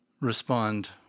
respond